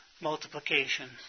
multiplication